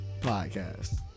podcast